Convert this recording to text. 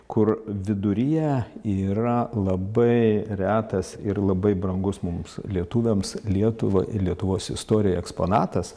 kur viduryje yra labai retas ir labai brangus mums lietuviams lietuva ir lietuvos istorijoje eksponatas